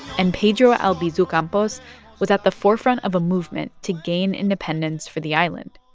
and pedro albizu campos was at the forefront of a movement to gain independence for the island.